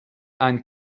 ein